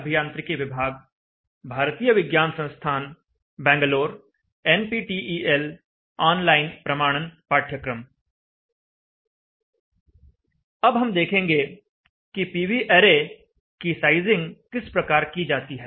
अब हम देखेंगे कि पीवी ऐरे की साइजिंग किस प्रकार की जाती है